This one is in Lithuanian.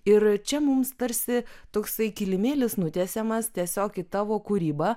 ir čia mums tarsi toksai kilimėlis nutiesiamas tiesiog į tavo kūrybą